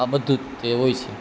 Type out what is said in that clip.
આ બધું જ તે હોય છે